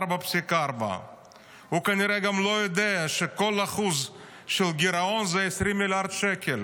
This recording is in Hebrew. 4.4. הוא כנראה גם לא יודע שכל אחוז של גירעון זה 20 מיליארד שקל.